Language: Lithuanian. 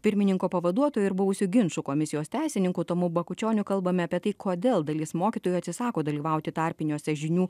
pirmininko pavaduotoju ir buvusiu ginčų komisijos teisininku tomu bakučioniu kalbame apie tai kodėl dalis mokytojų atsisako dalyvauti tarpiniuose žinių